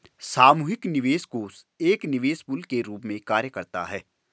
सामूहिक निवेश कोष एक निवेश पूल के रूप में कार्य करता है